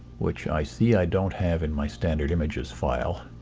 which i see i don't have in my standard images file